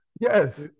yes